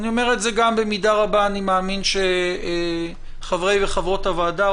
ובמידה רבה אני מאמין שחברי וחברות הוועדה,